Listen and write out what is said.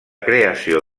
creació